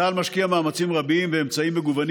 צה"ל משקיע מאמצים רבים ואמצעים מגוונים